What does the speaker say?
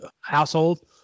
household